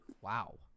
Wow